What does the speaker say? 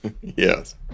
Yes